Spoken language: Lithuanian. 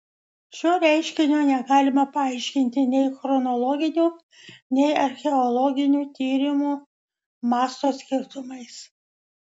šio reiškinio negalima paaiškinti nei chronologiniu nei archeologinių tyrimų masto skirtumais